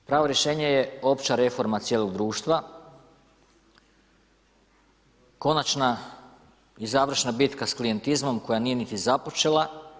Pravo rješenje je opća reforma cijelog društva, konačna i završna bitka sa klijentizmom koja nije niti započela.